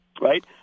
right